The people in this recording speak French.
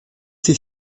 été